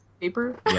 paper